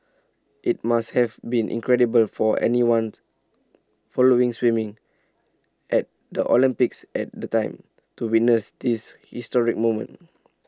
IT must have been incredible for anyone following swimming at the Olympics at the time to witness this historic moment